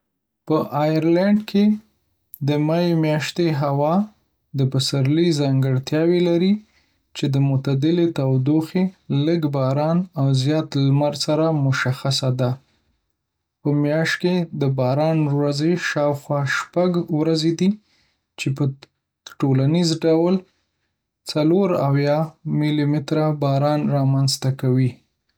په آیرلینډ کې د می میاشتې هوا د پسرلي ځانګړتیاوې لري، چې د معتدلې تودوخې، لږ باران، او زیات لمر سره مشخصه ده. په میاشت کې د باران ورځې شاوخوا شپږ ورځې دي، چې په ټولنیز ډول څلور اویا میلی‌متره باران رامنځته کوي.